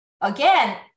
Again